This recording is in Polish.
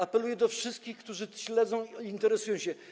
Apeluję do wszystkich, którzy śledzą to, interesują się tym.